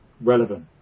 relevant